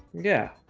yeah,